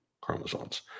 chromosomes